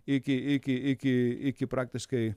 iki iki iki iki praktiškai